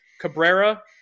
Cabrera